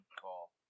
call